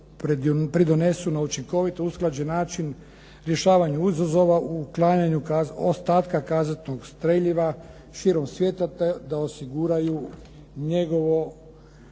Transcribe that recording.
pridonesu na učinkovito usklađen način rješavanju izazova u uklanjanju ostatka kazetnog streljiva širom svijeta, te da osiguraju njegovo